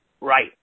right